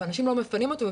ואנשים לא מפנים אותו,